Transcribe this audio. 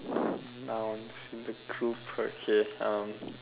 nouns in the okay um